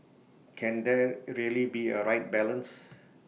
can there really be A right balance